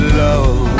love